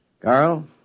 Carl